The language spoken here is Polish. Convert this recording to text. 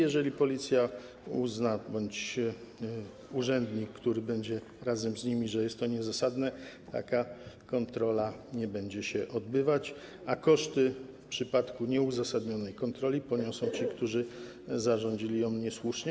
Jeżeli policja lub urzędnik, który będzie tam, uznają, że jest to niezasadne, taka kontrola nie będzie się odbywać, a koszty w przypadku nieuzasadnionej kontroli poniosą ci, którzy zarządzili ją niesłusznie.